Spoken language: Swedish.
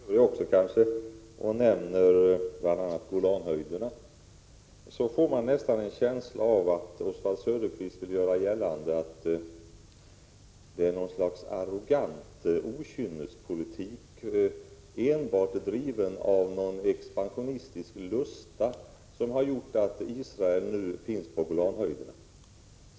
Fru talman! När Oswald Söderqvist diskuterar Syrien — det har kanske också vi gjort — och bl.a. nämner Golanhöjderna, får man nästan en känsla av att han vill göra gällande att det är något slags arrogant okynnespolitik, enbart bedriven av expansionistisk lusta, som har gjort att Israel nu finns på Golanhöjderna.